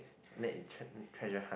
tre~ treasure hunt